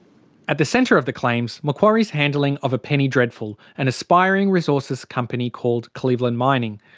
at the centre of the claims, macquarie's handling of a penny dreadful, an aspiring resources company called cleveland mining.